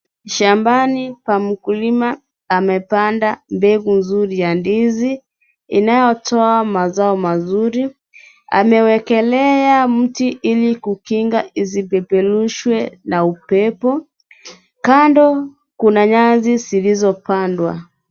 Shambani pa mkulima amepanda mbegu nzuri ya ndizi, inayotoa mazao mazuri, amewekelea mti ili kukinga isipeperushwe na upepo. Kando kuna nyasi zilizopandwa.